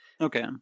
Okay